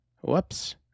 Whoops